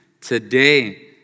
today